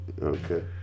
okay